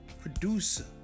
producer